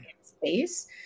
space